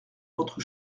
votre